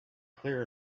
clear